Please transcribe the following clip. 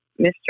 Mr